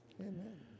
Amen